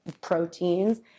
proteins